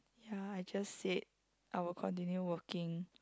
ya I just said I will continue working